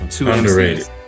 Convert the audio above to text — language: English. underrated